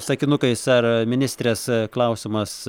sakinukais ar ministrės klausimas